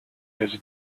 his